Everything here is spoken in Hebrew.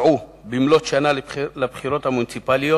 פקעו במלאות שנה לבחירות המוניציפליות,